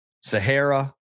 Sahara